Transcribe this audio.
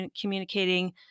communicating